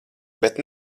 bet